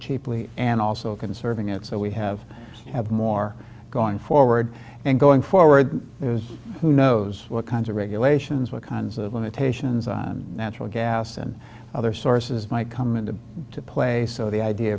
cheaply and also conserving it so we have to have more going forward and going forward who knows what kinds of regulations what kinds of limitations on natural gas and other sources might come into play so the idea